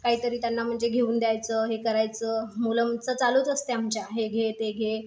काहीतरी त्यांना म्हणजे घेऊन द्यायचं हे करायचं मुलांचं चालूच असते आमच्या हे घे ते घे